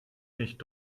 nicht